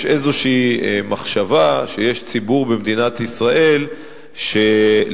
יש איזו מחשבה שיש ציבור במדינת ישראל שלגביו